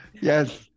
Yes